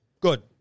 Good